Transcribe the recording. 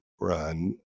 run